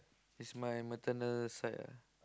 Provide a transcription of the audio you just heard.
is my maternal side ah